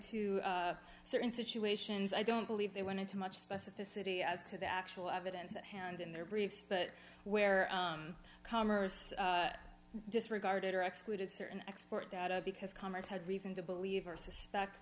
to certain situations i don't believe they went into much specificity as to the actual evidence at hand in their briefs but where commerce disregarded or excluded certain export data because commerce had reason to believe or suspect